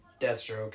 Deathstroke